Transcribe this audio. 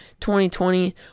2020